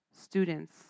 students